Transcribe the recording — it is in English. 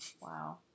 Wow